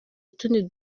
utundi